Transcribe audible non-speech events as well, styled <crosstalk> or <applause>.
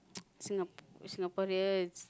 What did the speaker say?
<noise> Singa~ Singaporeans